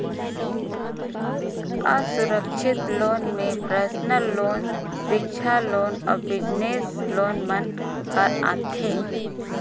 असुरक्छित लोन में personal loan, सिक्छा लोन, बिजनेस लोन मन हर आथे